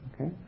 Okay